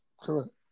Correct